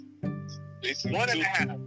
One-and-a-half